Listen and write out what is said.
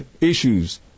issues